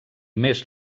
més